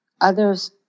others